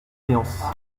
viance